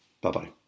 bye-bye